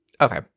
Okay